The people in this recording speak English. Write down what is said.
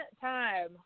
time